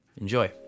Enjoy